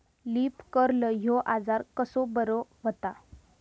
Leaf curl ह्यो आजार कसो बरो व्हता?